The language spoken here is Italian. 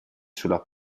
sulla